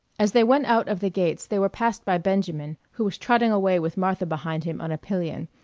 as they went out of the gates they were passed by benjamin, who was trotting away with martha behind him on a pillion,